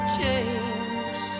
change